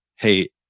Hey